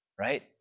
right